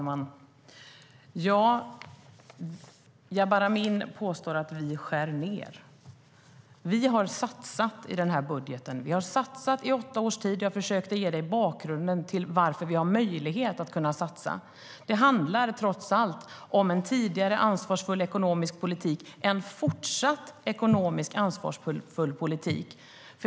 Herr talman! Jabar Amin påstår att vi skär ned. Vi har gjort satsningar i den här budgeten, och vi har gjort det i åtta års tid, och jag försökte ge dig bakgrunden till att vi har möjlighet att göra satsningar. Det handlar trots allt om en tidigare och fortsatt ansvarsfull ekonomisk politik.